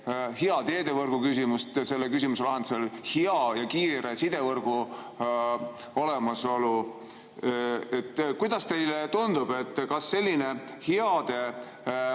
hea teedevõrgu küsimust, selle küsimuse lahendamist, hea ja kiire sidevõrgu olemasolu. Kuidas teile tundub, kas selliste heade